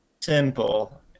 simple